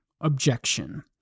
objection